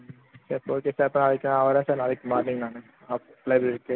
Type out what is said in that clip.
ம் அப்போ okay sir அப்போ நாளைக்கு நான் வரேன் சார் நாளைக்கு மார்னிங் நானு லைப்ரரிக்கு